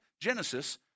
Genesis